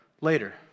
later